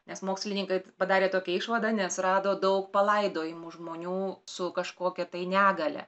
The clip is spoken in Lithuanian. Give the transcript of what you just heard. nes mokslininkai padarė tokią išvadą nes rado daug palaidojimų žmonių su kažkokia tai negalia